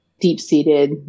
deep-seated